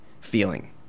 feeling